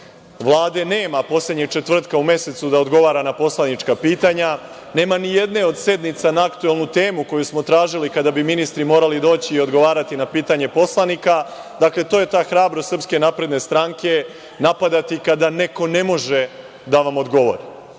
nema poslednjeg četvrtka u mesecu da odgovora na poslanička pitanja. Nema nijedne od sednica na aktuelnu temu koju smo tražili kada bi ministri morali doći i odgovarati na pitanje poslanika. Dakle, to je ta hrabrost SNS, napadati kada neko ne može da vam odgovori.